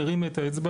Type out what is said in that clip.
מרים את האצבע,